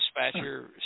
dispatcher